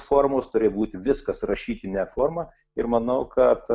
formos turi būti viskas rašytine forma ir manau kad